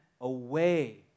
away